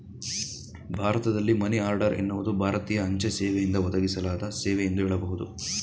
ಭಾರತದಲ್ಲಿ money order ಎನ್ನುವುದು ಭಾರತೀಯ ಅಂಚೆ ಸೇವೆಯಿಂದ ಒದಗಿಸಲಾದ ಸೇವೆ ಎಂದು ಹೇಳಬಹುದು